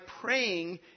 praying